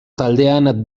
taldean